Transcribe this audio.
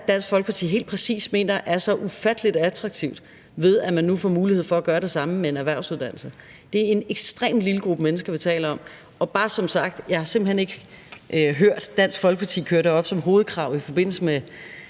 er, Dansk Folkeparti helt præcis mener er så ufattelig attraktivt ved, at man nu får mulighed for at gøre det samme med en erhvervsuddannelse. Det er en ekstremt lille gruppe mennesker, vi taler om. Og jeg har som sagt simpelt hen ikke hørt Dansk Folkeparti køre det op som hovedkrav i forbindelse med